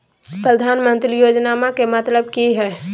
प्रधानमंत्री योजनामा के मतलब कि हय?